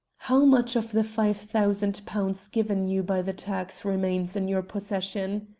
how much of the five thousand pounds given you by the turks remains in your possession?